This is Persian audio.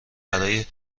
برای